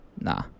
Nah